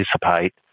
participate